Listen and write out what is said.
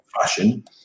fashion